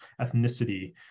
ethnicity